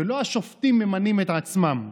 ולא השופטים ממנים את עצמם.